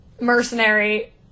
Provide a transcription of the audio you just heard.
mercenary